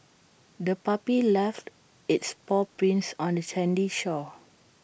the puppy left its paw prints on the sandy shore